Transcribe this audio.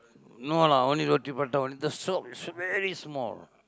no lah only roti-prata only the shop is very small